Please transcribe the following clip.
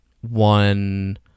one